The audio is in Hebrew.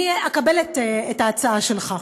אני אקבל את ההצעה שלך.